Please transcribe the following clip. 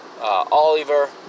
Oliver